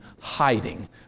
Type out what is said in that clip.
hiding